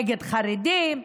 נגד חרדים,